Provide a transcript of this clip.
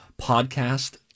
podcast